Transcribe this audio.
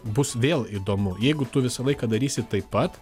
bus vėl įdomu jeigu tu visą laiką darysi taip pat